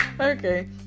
Okay